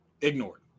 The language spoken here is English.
Ignored